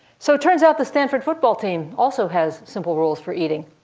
so it turns out the stanford football team also has simple rules for eating.